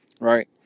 right